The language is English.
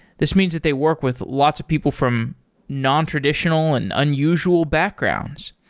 this means that they work with lots of people from nontraditional and unusual backgrounds.